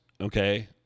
Okay